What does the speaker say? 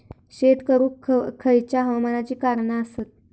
शेत करुक खयच्या हवामानाची कारणा आसत?